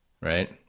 right